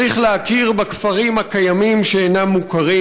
צריך להכיר בכפרים הקיימים שאינם מוכרים.